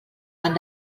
han